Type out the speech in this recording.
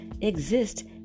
exist